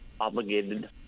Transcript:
obligated